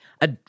A